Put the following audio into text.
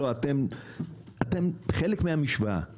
אתם חלק מהמשוואה,